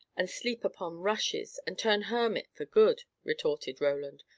and sleep upon rushes, and turn hermit for good! retorted roland.